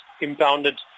impounded